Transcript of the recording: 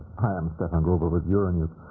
hi, i'm stefan grobe with euronews.